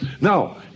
Now